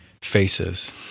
faces